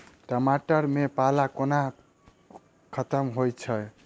टमाटर मे पाला कोना खत्म होइ छै?